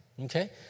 Okay